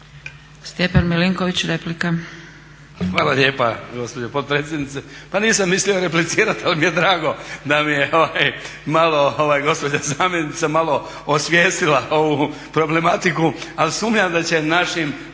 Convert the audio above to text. Stjepan Milinković, replika.